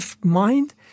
mind